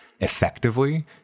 effectively